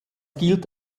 gilt